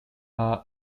are